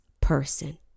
person